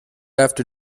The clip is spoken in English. after